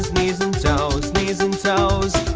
toes knees and toes